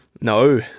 no